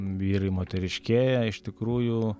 vyrai moteriškėja iš tikrųjų